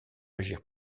agir